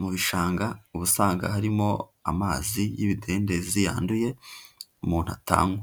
Mu bishanga ubusanzwe habaharimo amazi y'ibidendezi yanduye umuntu atanywa,